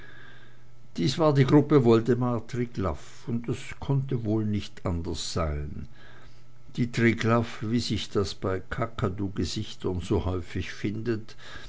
dies war die gruppe woldemar triglaff und das konnte nicht wohl anders sein die triglaff wie sich das bei kakadugesichtern so häufig findet